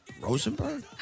Rosenberg